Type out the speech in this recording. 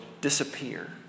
disappear